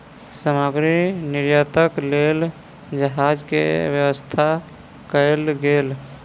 सामग्री निर्यातक लेल जहाज के व्यवस्था कयल गेल